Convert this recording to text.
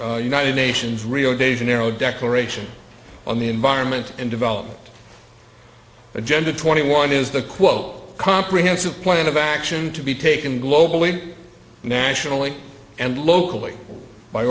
rio united nations rio de janeiro declaration on the environment and development agenda twenty one is the quote comprehensive plan of action to be taken globally nationally and locally by